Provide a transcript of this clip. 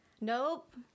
Nope